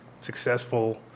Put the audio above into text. successful